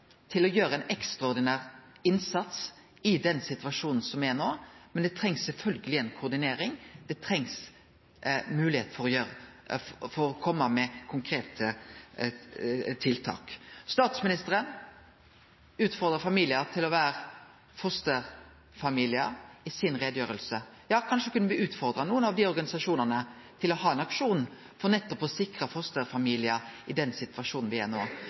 til å gjere ein ekstraordinær innsats i den situasjonen som er no, men det trengst sjølvsagt ei koordinering, det trengst moglegheit for å kome med konkrete tiltak. Statsministeren utfordra i utgreiinga si familiar til å vere fosterfamiliar. Kanskje me kunne utfordre nokre av desse organisasjonane til å ha ein aksjon for nettopp å sikre fosterfamiliar i den situasjonen me er i no?